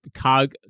cog